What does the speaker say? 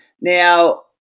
now